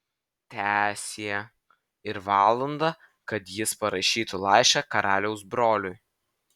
teesie ir valandą kad jis parašytų laišką karaliaus broliui